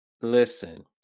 Listen